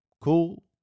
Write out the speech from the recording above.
cool